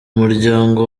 muryango